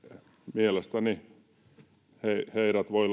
mielestäni heidät voi